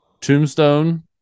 Tombstone